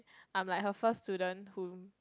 I'm like her first student who